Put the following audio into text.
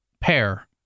pair